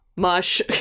mush